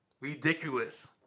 Ridiculous